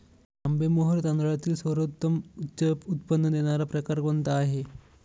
आंबेमोहोर तांदळातील सर्वोत्तम उच्च उत्पन्न देणारा प्रकार कोणता आहे?